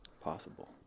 Possible